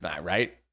Right